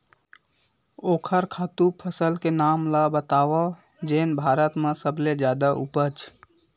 ओखर खातु फसल के नाम ला बतावव जेन भारत मा सबले जादा उपज?